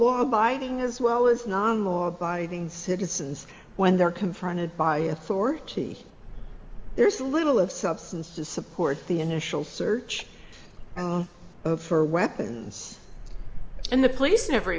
law abiding as well as non law abiding citizens when they're confronted by authority there's little of substance to support the initial search for weapons and the